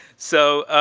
so